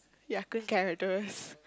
Ya-Kun characters